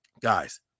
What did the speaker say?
Guys